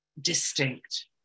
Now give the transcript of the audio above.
distinct